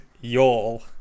y'all